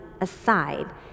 aside